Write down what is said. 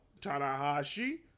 Tanahashi